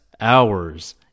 hours